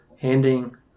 handing